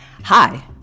Hi